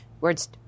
Words